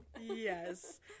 Yes